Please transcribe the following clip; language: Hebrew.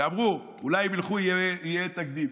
ואמרו: אולי אם ילכו יהיה תקדים.